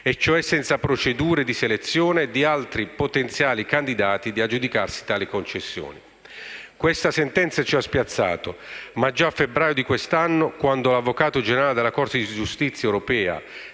e cioè senza procedure di selezione di altri potenziali candidati in grado di aggiudicarsi tali concessioni. Questa sentenza ci ha spiazzato, ma già a febbraio di quest'anno, quando l'avvocato generale della Corte di giustizia europea